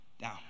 down